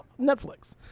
Netflix